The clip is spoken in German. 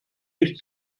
nicht